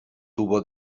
tuvo